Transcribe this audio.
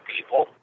people